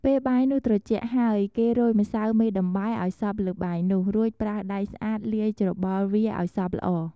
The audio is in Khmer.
ពេលបាយនោះត្រជាក់ហើយគេរោយម្សៅមេដំបែឲ្យសព្វលើបាយនោះ រួចប្រើដៃស្អាតលាយច្របល់វាឲ្យសព្វល្អ។